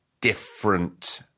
different